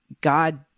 God